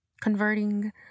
Converting